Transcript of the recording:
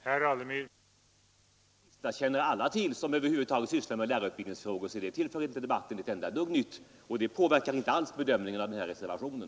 Herr talman! Detta sista känner alla till som över huvud taget sysslar med lärarutbildningsfrågor, så det tillför inte debatten ett enda dugg nytt och det påverkar inte bedömningen av reservationen.